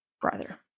brother